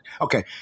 okay